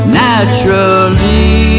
naturally